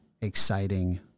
exciting